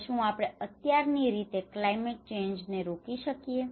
હવે શું આપણે અત્યારની રીતે ક્લાયમેટ ચેન્જ ને રોકી શકીએ